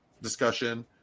discussion